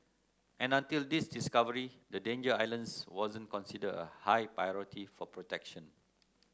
and until this discovery the Danger Islands wasn't considered a high priority for protection